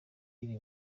iri